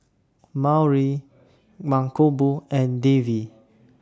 Mankombu and Devi